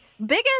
biggest